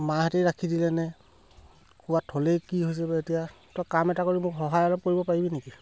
মাহঁতে ৰাখি দিলেনে ক'ৰবাত থ'লেই কি হৈছে এতিয়া তই কাম এটা কৰি মোক সহায় অলপ কৰিব পাৰিবি নেকি